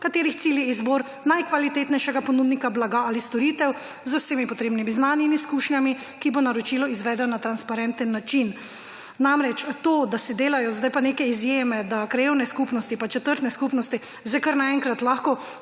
katerih cilj je izbor najkvalitetnejšega ponudnika blaga ali storitev z vsemi potrebnimi znanji in izkušnjami, ki bo naročilo izvedel na transparenten način. Namreč to, da se delajo zdaj pa neke izjeme, da krajevne skupnosti, pa četrtne skupnosti zdaj kar naenkrat lahko